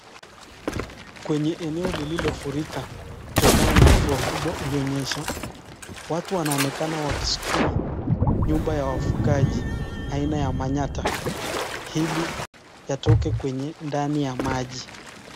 Kwenye eneo lililofurika kutokana na mvua kubwa ulionyesha. Watu wanaonekana wakiskuma nyumba ya wafugaji aina ya manyatta ili yatoke kwenye ndani ya maji.